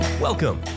Welcome